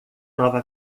nova